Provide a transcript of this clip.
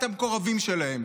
את המקורבים שלהם.